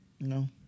No